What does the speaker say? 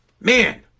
Man